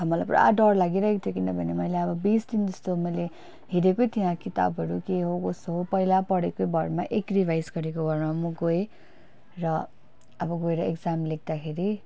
मलाई पुरा डर लागिरहेको थियो किनभने मैले अब बिस दिन जस्तो मैले हेरेकै थिइनँ किताबहरू के हो कसो हो पहिला पढेकै भरमा एक रिभाइज गरेको भरमा म गएँ र अब गएर एक्जाम लेख्दाखेरि